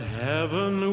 heaven